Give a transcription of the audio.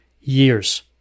years